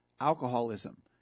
Alcoholism